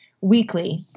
weekly